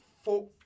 Four